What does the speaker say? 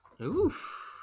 Oof